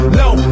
low